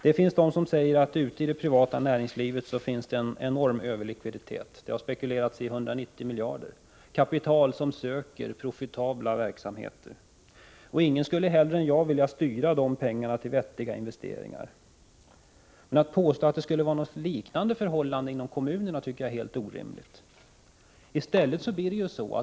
Det finns de som säger att det inom det privata näringslivet finns en enorm överlikviditet — 190 miljarder, har det spekulerats. Det är kapital som söker sig till profitabla verksamheter. Ingen skulle hellre än jag vilja styra dessa pengar till vettiga investeringar. Men att påstå att det skulle vara liknande förhållanden inom kommunerna tycker jag är helt orimligt.